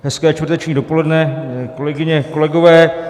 Hezké čtvrteční dopoledne, kolegyně, kolegové.